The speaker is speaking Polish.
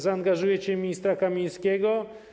Zaangażujecie ministra Kamińskiego?